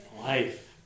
Life